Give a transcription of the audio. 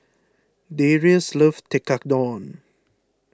Darius loves Tekkadon